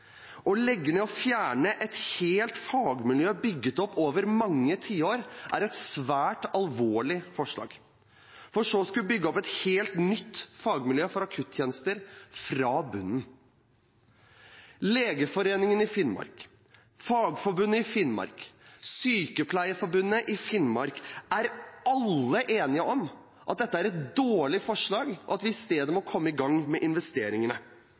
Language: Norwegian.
Å legge ned og fjerne et helt fagmiljø bygd opp over mange tiår er et svært alvorlig forslag – for så å skulle bygge opp et helt nytt fagmiljø for akuttjenester fra bunnen. Legeforeningen i Finnmark, Fagforbundet i Finnmark og Sykepleierforbundet i Finnmark er alle enige om at dette er et dårlig forslag, og at vi i stedet må komme i gang med investeringene